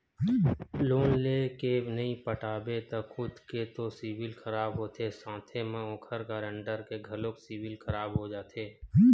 loan लेय के नइ पटाबे त खुद के तो सिविल खराब होथे साथे म ओखर गारंटर के घलोक सिविल खराब हो जाथे